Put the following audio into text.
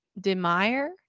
Demire